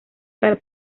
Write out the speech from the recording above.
tal